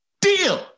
deal